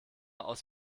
aus